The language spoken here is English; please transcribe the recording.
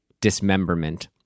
dismemberment